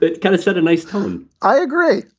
kind of set a nice tone i agree.